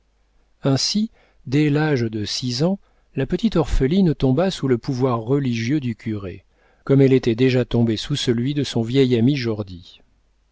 ainsi dès l'âge de six ans la petite orpheline tomba sous le pouvoir religieux du curé comme elle était déjà tombée sous celui de son vieil ami